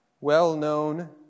well-known